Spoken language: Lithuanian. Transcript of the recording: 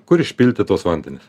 kur išpilti tuos vandenis